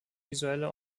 visuelle